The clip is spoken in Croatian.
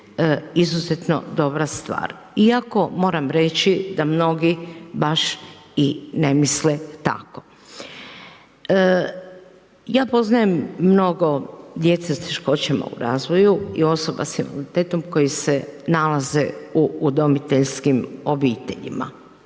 izuzetno dobra stvar, iako, moram reći, da mnogi baš i ne misle tako. Ja poznajem mnogo djece s teškoćama u razvoju i osoba s invaliditetom koji se nalaze u udomiteljskim obiteljima.